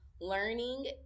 learning